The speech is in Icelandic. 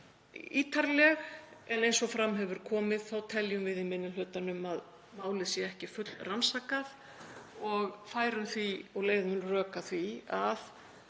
ítarleg, en eins og fram hefur komið þá teljum við í minni hlutanum að málið sé ekki fullrannsakað og færum því og leiðum rök að því að